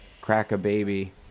Crack-a-Baby